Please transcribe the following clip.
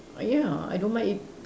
ya I don't mind eat